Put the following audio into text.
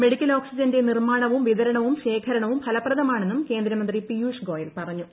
medical ഓക്സിജന്റെ നിർമാണവും വിതരണവും ശേഖരണവും ഫലപ്രദമാണെന്നും കേന്ദ്രമന്ത്രി പിയൂഷ് ഗോയൽ പറഞ്ഞു